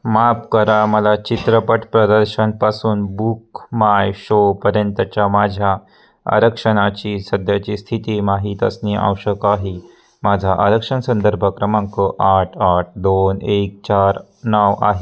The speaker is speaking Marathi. माफ करा मला चित्रपट प्रदर्शनपासून बुकमाय शोपर्यंतच्या माझ्या आरक्षणाची सध्याची स्थिती माहीत असणे आवश्यक आहे माझा आरक्षण संदर्भ क्रमांक आठ आठ दोन एक चार नऊ आहे